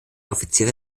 offiziere